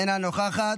אינה נוכחת,